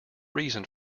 reason